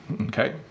okay